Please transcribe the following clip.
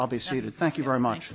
obviously to thank you very much